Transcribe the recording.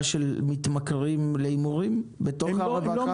של מתמכרים להימורים בתוך הרווחה?